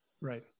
Right